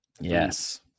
Yes